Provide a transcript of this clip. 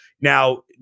Now